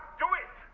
do it.